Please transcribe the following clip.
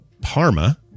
Parma